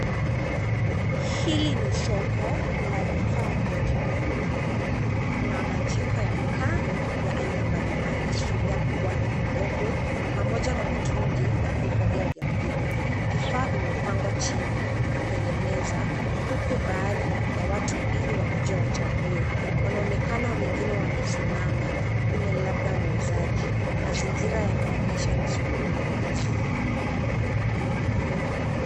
Hili ni soko la vifaa vya jikoni na nyumbani. Kuna: majiko ya mkaa ya aina mbali mbali, sufuria kubwa na ndogo, pamoja na mitungu ya kuhifadhia vyakula. Vifaa vimepangwa chini na kwenye meza, huku baadhi ya watu ili wakuje wachague. Wanaonekana wengine wamesimama, muwe labda wauzaji. Mazingira yanaonyesha ni soko la wazi.